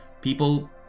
people